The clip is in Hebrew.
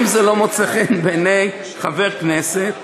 אם זה לא מוצא חן בעיני חבר כנסת,